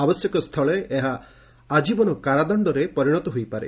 ଆବଶ୍ୟକ ସ୍ଥଳେ ଏହା ଆଜୀବନ କାରାଦଣ୍ଡରେ ପରିଣତ ହୋଇପାରେ